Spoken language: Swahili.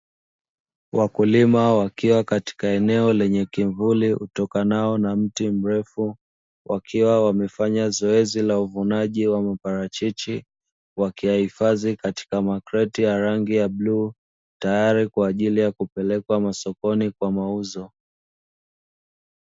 Wakulima wakiwa katika eneo lenye kivuli utokanao na mti mrefu wakiwa wamefanya zoezi la uvunaji wa maparachichi wakiyahifadhi katika makreti ya rangi ya bluu tahari kwajili ya kupeleka masokoni kwa mauzo.